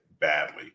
badly